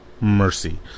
mercy